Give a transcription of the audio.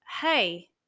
hey